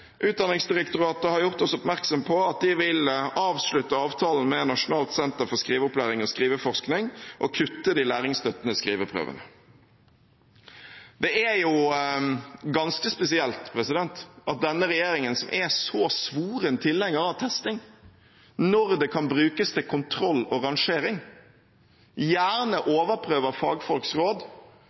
Utdanningsdirektoratet har gjort oss oppmerksom på at de vil avslutte avtalen med Nasjonalt senter for skriveopplæring og skriveforsking og kutte de læringsstøttende skriveprøvene. Det er ganske spesielt at denne regjeringen, som er så svoren tilhenger av testing når det kan brukes til kontroll og rangering, gjerne overprøver fagfolks råd